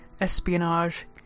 espionage